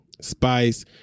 Spice